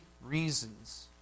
reasons